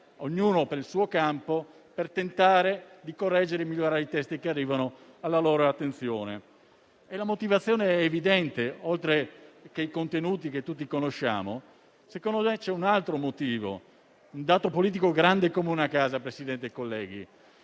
ognuno nel proprio campo, per tentare di correggere e migliorare i testi che arrivano alla loro attenzione. La motivazione è evidente. Oltre ai contenuti, che tutti conosciamo, secondo me c'è un altro motivo, un dato politico grande come una casa, signor Presidente, colleghi: